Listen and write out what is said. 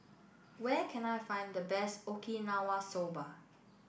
where can I find the best Okinawa Soba